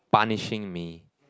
punishing me